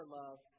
love